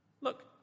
Look